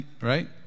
right